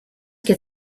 get